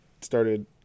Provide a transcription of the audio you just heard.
started